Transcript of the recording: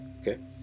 Okay